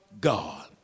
God